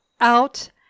out